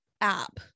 app